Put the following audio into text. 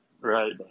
Right